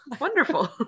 Wonderful